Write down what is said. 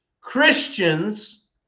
Christians